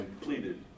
pleaded